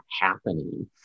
happening